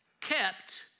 kept